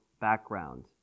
background